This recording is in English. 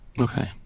okay